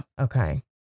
Okay